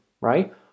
right